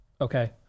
Okay